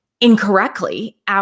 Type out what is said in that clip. incorrectly